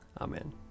Amen